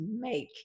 make